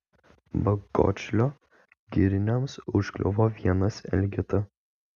bagotšilio giriniams užkliuvo vienas elgeta